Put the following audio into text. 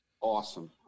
Awesome